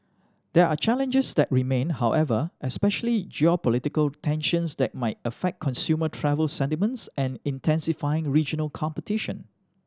there are challenges that remain however especially geopolitical tensions that might affect consumer travel sentiments and intensifying regional competition